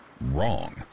wrong